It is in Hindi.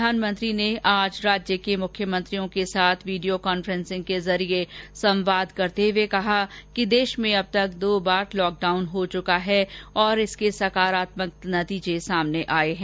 प्रधानमंत्री ने आज राज्य के मुख्यमंत्रियों के साथ वीडियो कांफ्रेसिंग के जरिए संवाद करते हुए कहा कि देश में अब तक दो बार लॉकडाउन हो चुका है तथा इसके सकारात्मक नतीजे सामने आए हैं